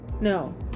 no